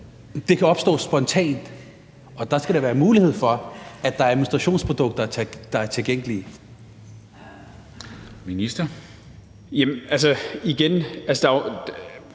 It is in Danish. det kan opstå spontant, og dér skal der være mulighed for, at der er menstruationsprodukter, der er tilgængelige. Kl. 10:46 Formanden (Henrik